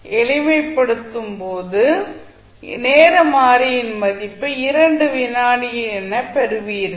எளிமைப்படுத்தும் போது நேர மாறியின் மதிப்பைப் 2 விநாடி என பெறுவீர்கள்